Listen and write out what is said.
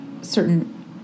certain